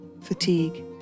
fatigue